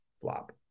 flop